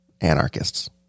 anarchists